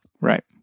Right